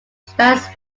spans